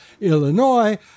Illinois